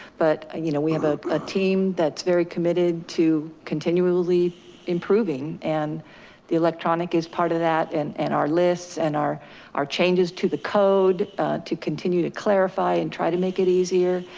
but ah you know we have a ah team that's very committed to continually improving. and the electronic is part of that and and our lists and our our changes to the code to continue to clarify and try to make it easier.